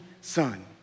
son